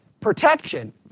Protection